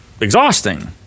exhausting